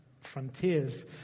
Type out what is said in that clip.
Frontiers